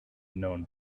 known